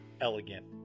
elegant